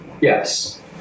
yes